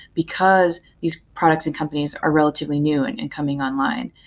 because these products and companies are re latively new and and coming online.